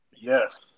Yes